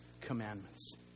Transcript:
commandments